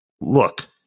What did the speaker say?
look